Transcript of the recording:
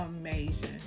amazing